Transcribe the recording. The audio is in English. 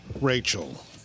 Rachel